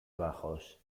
bajos